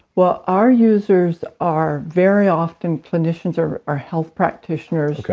well, our users are very often clinicians or or health practitioners,